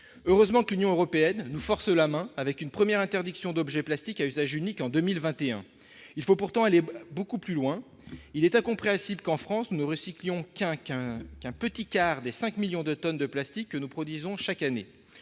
heureusement que l'Union européenne nous force la main, avec une première interdiction d'objet plastique à usage unique, en 2021, il faut pourtant, elle est beaucoup plus loin, il est incompréhensible qu'en France nous recyclons qu'un qu'un qu'un petit quart des 5 millions de tonnes de plastique que nous produisons chaque année,